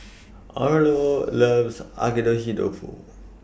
Orlo loves Agedashi Dofu